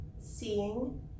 seeing